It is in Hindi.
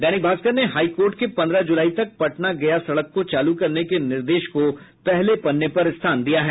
दैनिक भास्कर ने हाई कोर्ट के पन्द्रह जुलाई तक पटना गया सड़क को चालू करने के निर्देश को पहले पन्ने पर स्थान दिया है